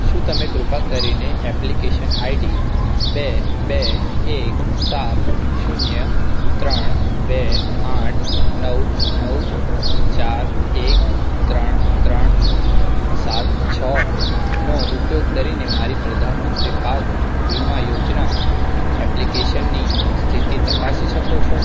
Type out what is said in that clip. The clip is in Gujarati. શું તમે કૃપા કરીને એપ્લિકેશન આઈડી બે બે એક સાત શૂન્ય ત્રણ બે આઠ નવ નવ ચાર એક ત્રણ ત્રણ સાત છ નો ઉપયોગ કરીને મારી પ્રધાનમંત્રી પાક વીમા યોજના એપ્લિકેશનની સ્થિતિ તપાસી શકો છો